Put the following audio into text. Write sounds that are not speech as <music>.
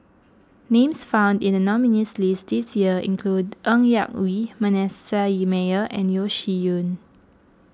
names found in the nominees' list this year include Ng Yak Whee Manasseh <unintelligible> and Yeo Shih Yun